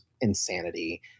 insanity